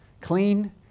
clean